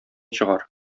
чыгар